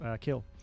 Kill